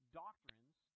doctrines